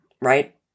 right